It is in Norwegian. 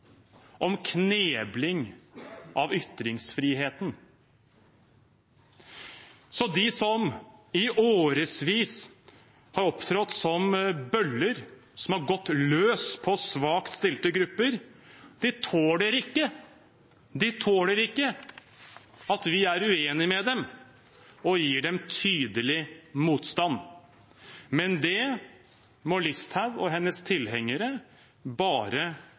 om heksejakt og om knebling av ytringsfriheten. De som i årevis har opptrådt som bøller, som har gått løs på svakt stilte grupper, tåler ikke at vi er uenige med dem og gir dem tydelig motstand, men det må Listhaug og hennes tilhengere bare